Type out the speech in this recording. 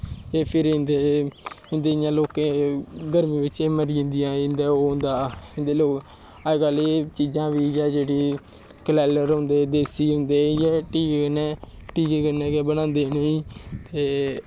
फिर इं'दी इ'यां लोकें गर्मी बिच्च इ'यां एह् मरी जंदियां इं'दा अजकल्ल लोक इ'यै जेह्ड़ी बरैलर होंदे देसी होंदे टीके कन्नै टीके कन्नै गै बनांदे इ'नें गी ते